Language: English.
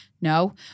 no